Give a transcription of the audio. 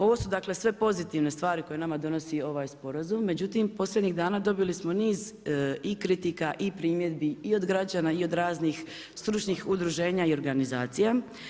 Ovo su dakle, sve pozitivne stvari koje nama donosi ovaj sporazum, međutim posljednjih dana, dobili smo niz i kritika i primjedbi i od građana i od raznih stručnih udruženja i organizacija.